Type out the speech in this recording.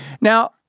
Now